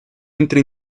entra